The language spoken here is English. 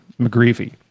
McGreevy